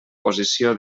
posició